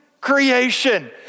creation